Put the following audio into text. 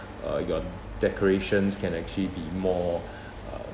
uh your decorations can actually be more uh